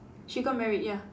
she got married ya